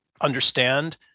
understand